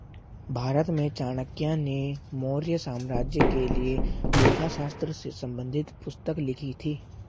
भारत में चाणक्य ने मौर्य साम्राज्य के लिए लेखा शास्त्र से संबंधित पुस्तक लिखी थी